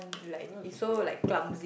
oh that one simple [what]